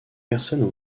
personnes